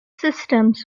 systems